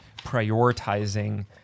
prioritizing